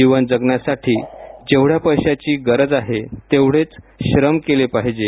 जीवन जगण्यासाठी जेवढ्या पैशाची गरज आहे तेवढेच श्रम केले पाहिजे